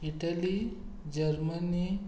Italy Germany